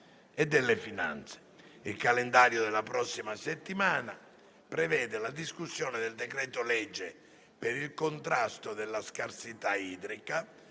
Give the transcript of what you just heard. Il calendario della prossima settimana prevede la discussione del decreto-legge per il contrasto alla scarsità idrica